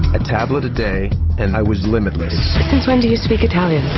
a tablet a day and i was limitless. since when do you speak italian?